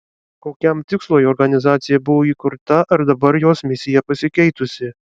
kokiam tikslui organizacija buvo įkurta ar dabar jos misija pasikeitusi